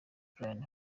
plan